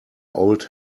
old